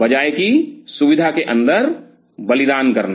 बजाय कि सुविधा के अंदर बलिदान करना